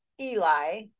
Eli